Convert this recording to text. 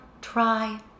try